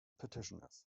petitioners